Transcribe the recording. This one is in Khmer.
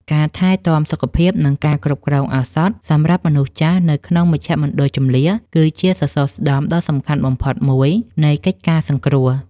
ការថែទាំសុខភាព និងការគ្រប់គ្រងឱសថសម្រាប់មនុស្សចាស់នៅក្នុងមជ្ឈមណ្ឌលជម្លៀស គឺជាសសរស្តម្ភដ៏សំខាន់បំផុតមួយនៃកិច្ចការសង្គ្រោះ។